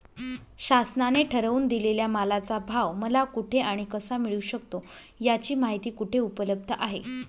शासनाने ठरवून दिलेल्या मालाचा भाव मला कुठे आणि कसा मिळू शकतो? याची माहिती कुठे उपलब्ध आहे?